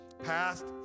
passed